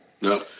no